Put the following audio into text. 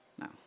No